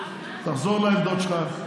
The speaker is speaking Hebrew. תחזור לעמדות שלך.